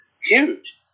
huge